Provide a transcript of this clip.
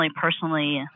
personally